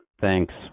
thanks